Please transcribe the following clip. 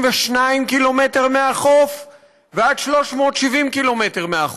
קילומטר מהחוף ועד 370 קילומטר מהחוף.